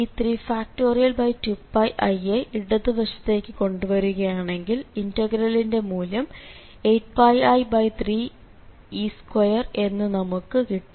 2πi യെ ഇടതുവശത്തേക്ക് കൊണ്ടുവരികയാണെങ്കിൽ ഇന്റഗ്രലിന്റെ മൂല്യം 8πi3e2എന്ന് നമുക്ക് കിട്ടും